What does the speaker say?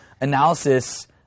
analysis